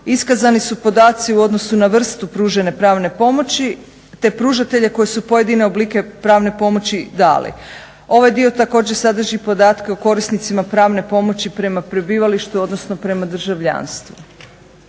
Iskazani su podaci u odnosu na vrstu pružene pravne pomoći, te pružatelje koji su pojedine oblike pravne pomoći dali. Ovaj dio također sadrži podatke o korisnicima pravne pomoći prema prebivalištu odnosno prema državljanstvu.